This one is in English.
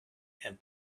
and